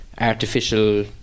artificial